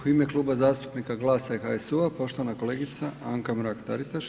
U ime Kluba zastupnika GLAS-a i HSU-a poštovana kolegice Anka Mrak Taritaš.